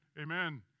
amen